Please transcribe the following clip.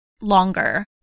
longer